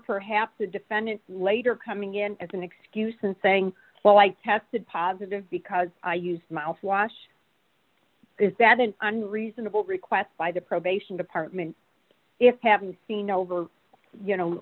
perhaps the defendant later coming in as an excuse and saying well i tested positive because i used mouthwash is that an unreasonable request by the probation department if having seen over you know